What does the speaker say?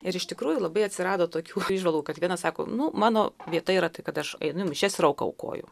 ir iš tikrųjų labai atsirado tokių įžvalgų kad vienas sako nu mano vieta yra tai kad aš einu į mišias ir auką aukoju